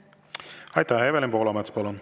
staatus ei ole katkenud.